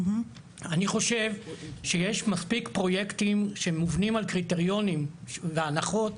אני חושב שיש מספיק פרויקטים שמובנים על קריטריונים והנחות,